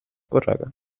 korraga